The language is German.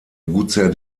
gutsherr